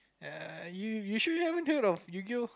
ya you you should ever heard of Yu-gi-oh